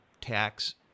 tax